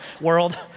world